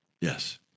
Yes